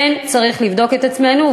כן צריך לבדוק את עצמנו,